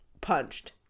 punched